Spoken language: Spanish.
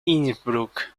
innsbruck